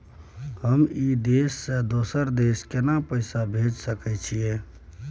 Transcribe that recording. हम ई देश से दोसर देश केना पैसा भेज सके छिए?